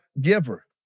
giver